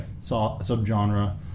subgenre